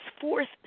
fourth